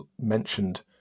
mentioned